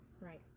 Right